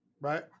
Right